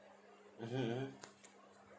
mmhmm mmhmm